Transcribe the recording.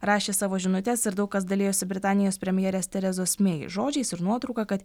rašė savo žinutes ir daug kas dalijosi britanijos premjerės terezos mei žodžiais ir nuotrauka kad